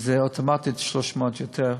וזה אוטומטית 300 יותר,